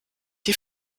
die